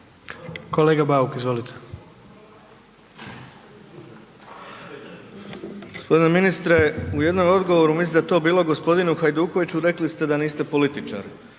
Kolega Bauk, izvolite.